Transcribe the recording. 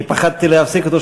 אני פחדתי להפסיק אותו,